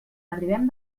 arribem